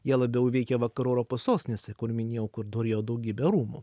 jie labiau veikė vakarų europos sostinėse kur minėjau kur turėjo daugybę rūmų